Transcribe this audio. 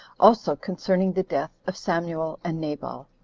also concerning the death of samuel and nabal.